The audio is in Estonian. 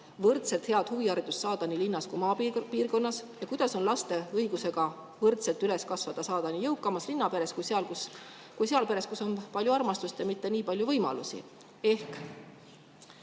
võrdselt head huviharidust saada nii linnas kui ka maapiirkonnas ja kuidas on laste õigusega võrdselt üles kasvada saada nii jõukamas linnaperes kui ka sellises peres, kus on palju armastust, aga mitte nii palju võimalusi?